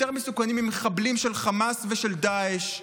יותר מסוכנים ממחבלים של חמאס ושל דאעש,